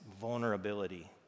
vulnerability